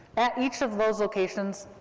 at each of those locations,